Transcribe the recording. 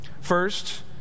First